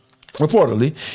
Reportedly